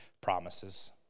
promises